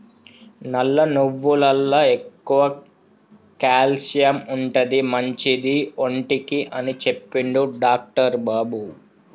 నల్ల నువ్వులల్ల ఎక్కువ క్యాల్షియం ఉంటది, మంచిది ఒంటికి అని చెప్పిండు డాక్టర్ బాబు